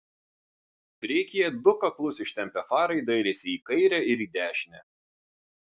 priekyje du kaklus ištempę farai dairėsi į kairę ir į dešinę